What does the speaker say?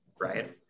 right